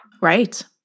Right